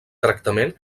tractament